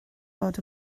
bod